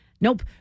Nope